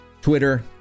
Twitter